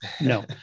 No